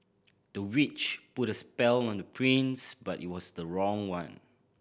the witch put a spell on the prince but it was the wrong one